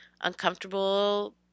uncomfortable